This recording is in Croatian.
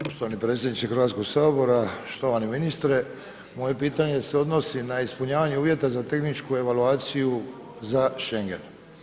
Poštovani predsjedniče Hrvatskog sabora, štovani ministre, moje pitanje se odnosi na ispunjavanje uvjeta za tehničku evaluaciju za Schengen.